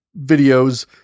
videos